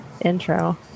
intro